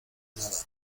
nada